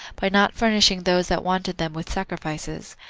by not furnishing those that wanted them with sacrifices.